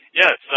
yes